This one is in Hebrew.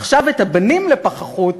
עכשיו את הבנים לפחחות,